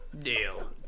Deal